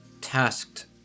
tasked